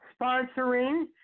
sponsoring